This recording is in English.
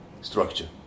structure